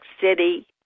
City